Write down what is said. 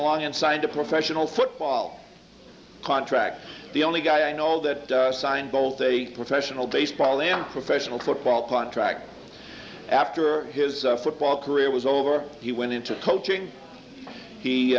along and signed a professional football contract the only guy i know that signed both a professional baseball and professional football contract after his football career was over he went into coaching